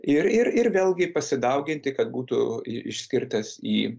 ir ir vėlgi pasidauginti kad būtų išskirtas į